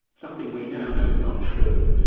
something we now know is not true,